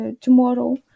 tomorrow